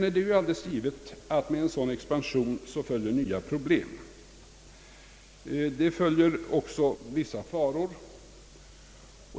Det är alldeles givet att med en sådan expansion följer nya problem och även vissa faror.